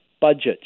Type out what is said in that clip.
budget